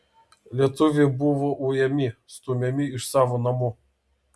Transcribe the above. lietuviai buvo ujami stumiami iš savo namų